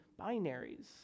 binaries